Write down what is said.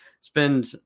spend